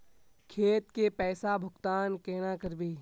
खेत के पैसा भुगतान केना करबे?